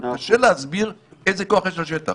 זאת אומרת שקשה להסביר איזה כוח יש לשטח.